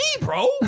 bro